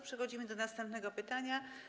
Przechodzimy do następnego pytania.